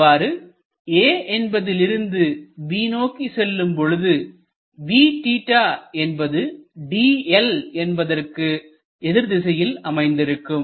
இவ்வாறு A என்பதிலிருந்து B நோக்கி செல்லும் பொழுது vθ என்பது dl என்பதற்கு எதிர் திசையில் அமைந்திருக்கும்